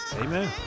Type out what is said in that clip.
Amen